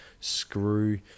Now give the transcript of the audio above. screw